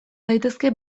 daitezke